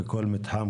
וכל מתחם,